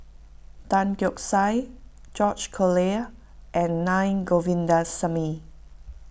Tan Keong Saik George Collyer and Naa Govindasamy